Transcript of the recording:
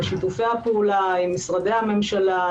בשיתופי הפעולה עם משרדי הממשלה,